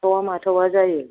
सुथावा माथावा जायो